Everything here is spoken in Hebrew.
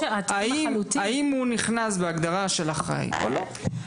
האם הוא נכנס להגדרה של אחראי או לא.